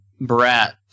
brat